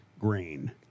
grain